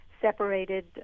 separated